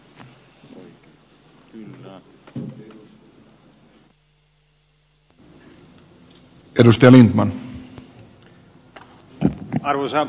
arvoisa puhemies